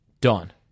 Dawn